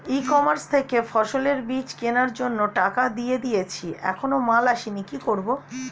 ই commerce থেকে ফসলের বীজ কেনার জন্য টাকা দিয়ে দিয়েছি এখনো মাল আসেনি কি করব?